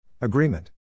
Agreement